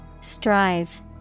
Strive